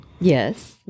Yes